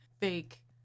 fake